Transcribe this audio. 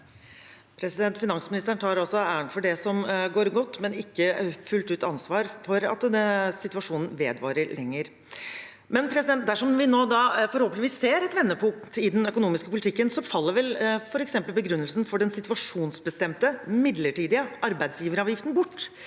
Finansmi- nisteren tar altså æren for det som går godt, men ikke fullt ut ansvar for at situasjonen vedvarer lenger. Dersom vi nå da forhåpentligvis ser et vendepunkt i den økonomiske politikken, faller vel f.eks. begrunnelsen for den situasjonsbestemte midlertidige arbeidsgiveravgiften bort.